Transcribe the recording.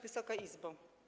Wysoka Izbo!